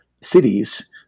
cities